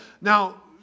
Now